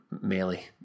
Melee